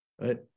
right